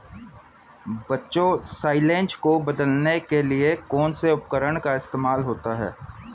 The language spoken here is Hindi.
बच्चों साइलेज को बदलने के लिए कौन से उपकरण का इस्तेमाल होता है?